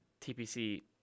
TPC